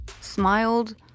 smiled